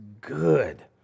good